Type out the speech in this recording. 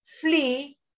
flee